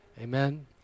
Amen